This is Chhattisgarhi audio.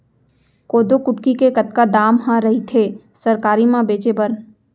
कोदो कुटकी के कतका दाम ह रइथे सरकारी म बेचे बर?